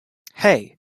hey